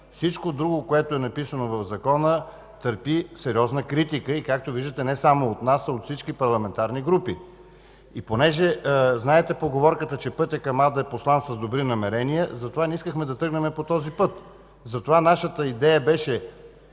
всичко друго, което е написано в закона, търпи сериозна критика и както виждате – не само от нас, а от всички парламентарни групи. И понеже знаете поговорката, че пътят към ада е постлан с добри намерения, затова не искахме да тръгнем по този път. Затова нашата идея беше